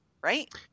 right